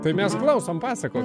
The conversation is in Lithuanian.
tai mes klausom pasakok